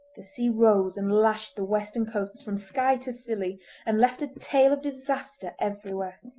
the sea rose and lashed the western coasts from skye to scilly and left a tale of disaster everywhere.